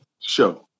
show